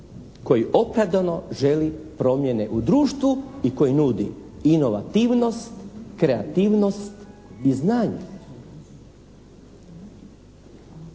koji opravdano želi promjene u društvu i koji nudi inovativnost, kreativnost i znanje.